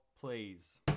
please